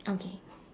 okay